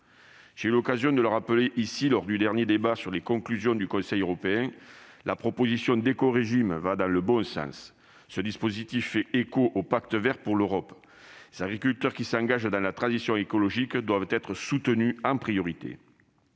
j'ai eu l'occasion de le rappeler ici, lors du débat à la suite du dernier Conseil européen, la proposition d'écorégime va dans le bon sens. Ce dispositif fait écho au Pacte vert pour l'Europe. Les agriculteurs qui s'engagent dans la transition écologique doivent être soutenus en priorité.